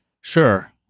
Sure